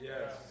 Yes